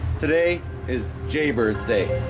today is jay birds day.